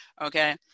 Okay